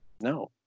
no